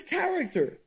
character